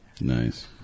nice